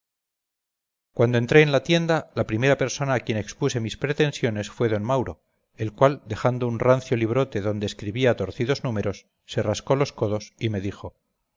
cuando entré en la tienda la primera persona a quien expuse mis pretensiones fue d mauro el cual dejando un rancio librote donde escribía torcidos números se rascó los codos y me dijo